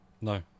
No